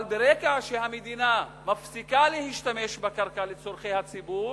אבל ברגע שהמדינה מפסיקה להשתמש בקרקע לצורכי הציבור,